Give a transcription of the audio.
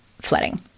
flooding